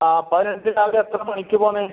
ആ പതിനഞ്ച് രാവിലെ എത്ര മണിക്ക് പൊന്നേ